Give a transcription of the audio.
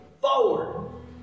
forward